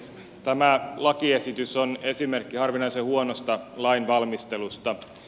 tämä lakiesitys on esimerkki harvinaisen huonosta lainvalmistelusta